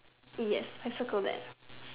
yes I circled that